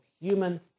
human